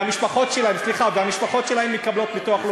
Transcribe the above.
והמשפחות שלהם מקבלות ביטוח לאומי.